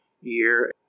year